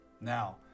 Now